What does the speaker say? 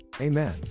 Amen